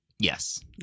Yes